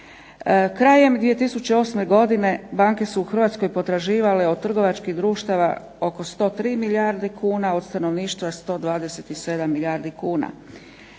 Krajem 2008. godine banke su u Hrvatskoj potraživale od trgovačkih društava oko 103 milijarde kuna, od stanovništva 127 milijardi kuna.